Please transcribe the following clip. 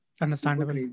Understandable